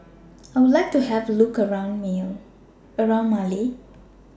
I Would like to Have A Look around Male